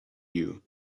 you